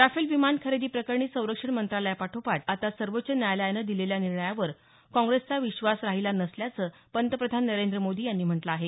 Rafale विमान खरेदी प्रकरणी संरक्षण मंत्रालयापाठोपाठ आता सर्वोच्व न्यायालयानं दिलेल्या निर्णयावर काँग्रेसचा विश्वास राहिला नसल्याचं पंतप्रधान नरेंद्र मोदी यांनी म्हटलं आहे